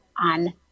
on